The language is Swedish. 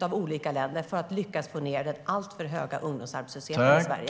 av olika länder för att sänka den alltför höga ungdomsarbetslösheten i Sverige.